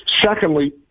Secondly